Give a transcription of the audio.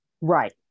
Right